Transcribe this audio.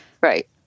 Right